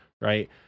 right